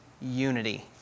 unity